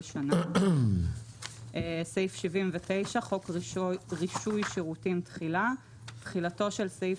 שנה" חוק רישוי שירותים תחילה 97. תחילתו של סעיף